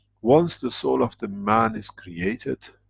once the soul of the man is created,